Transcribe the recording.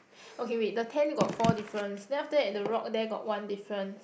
okay wait the tent got four differences then after that the rock there got one difference